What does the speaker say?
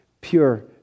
pure